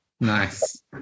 nice